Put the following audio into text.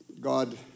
God